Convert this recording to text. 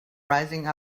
rising